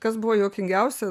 kas buvo juokingiausia